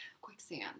quicksand